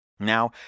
Now